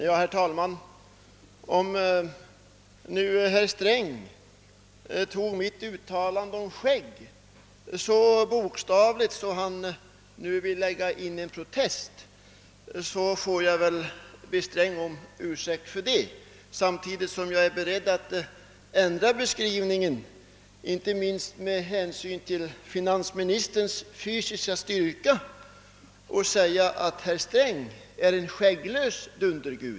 Herr talman! Om herr Sträng tog mitt uttalande om skägg så bokstavligt att han nu vill lägga in en protest, får jag väl be herr Sträng om ursäkt för det, samtidigt som jag är beredd att ändra beskrivningen, inte minst med hänsyn till finansministerns fysiska styrka när det gäller skatter och säga Ht herr Sträng är en skägglös dundergud.